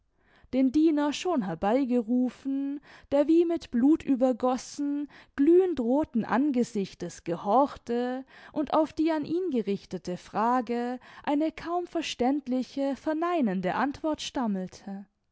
den diener schon herbeigerufen der wie mit blut übergossen glühendrothen angesichtes gehorchte und auf die an ihn gerichtete frage eine kaum verständliche verneinende antwort stammelte